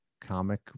comic